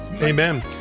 Amen